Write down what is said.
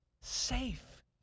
safe